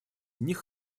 них